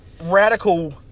radical